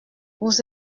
vous